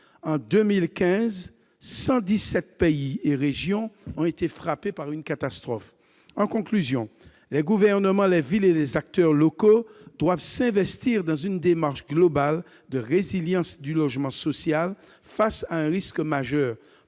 En 2015, quelque 117 pays et régions ont été frappés par une catastrophe. En conclusion, les gouvernements, les villes et les acteurs locaux doivent s'investir dans une démarche globale de résilience du logement social face à un risque majeur,